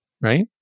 right